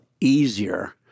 easier